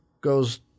goes